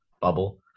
bubble